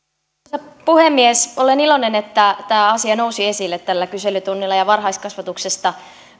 arvoisa puhemies olen iloinen että tämä asia nousi esille tällä kyselytunnilla ja varhaiskasvatuksesta